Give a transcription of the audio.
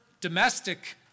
domestic